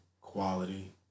quality